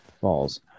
falls